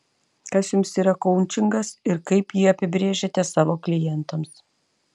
kas jums yra koučingas ir kaip jį apibrėžiate savo klientams